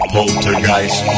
Poltergeist